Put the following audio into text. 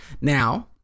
Now